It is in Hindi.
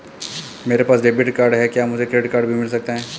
मेरे पास डेबिट कार्ड है क्या मुझे क्रेडिट कार्ड भी मिल सकता है?